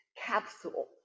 capsule